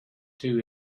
two